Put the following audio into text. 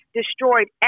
destroyed